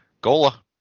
Gola